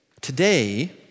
today